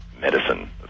medicine